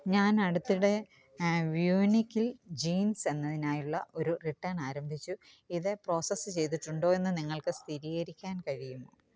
ഞാൻ അടുത്തിടെ വ്യൂനിക്കിൽ ജീൻസ് എന്നതിനായുള്ള ഒരു റിട്ടേൺ ആരംഭിച്ചു ഇത് പ്രോസസ് ചെയ്തിട്ടുണ്ടോ എന്നു നിങ്ങൾക്ക് സ്ഥിരീകരിക്കാൻ കഴിയുമോ